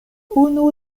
unu